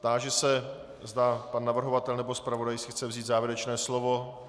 Táži se, zda pan navrhovatel nebo zpravodaj si chce vzít závěrečné slovo.